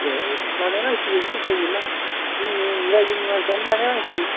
ए बानायनांसिगोन उफाय गैला जोंनो राइजोनि मानसियानो बानायनांसिगोन